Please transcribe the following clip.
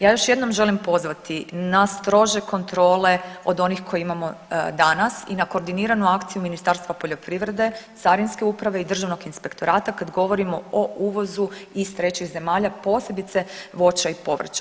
Ja još jednom želim pozvati na strože kontrole od onih koje imamo danas i na koordiniranu akciju Ministarstva poljoprivrede, Carinske uprave i Državnog inspektorata kad govorimo o uvozu iz trećih zemalja posebice voća i povrća.